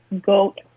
goat